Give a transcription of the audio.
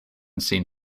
seen